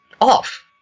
off